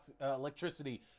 electricity